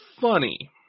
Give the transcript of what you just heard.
funny